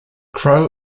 crow